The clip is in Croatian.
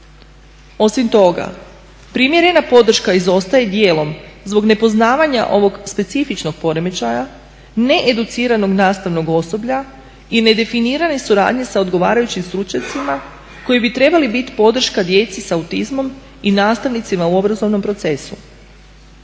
Osim toga primjerena podrška izostaje zbog nepoznavanja ovog specifičnog poremećaja, needuciranog nastavnog osoblja i nedefinirane suradnje s odgovarajućim stručnjacima koji bi trebali biti podrška djeci s autizmom i nastavnicima u obrazovnom procesu.